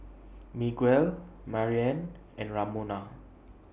Miguel Mariann and Ramona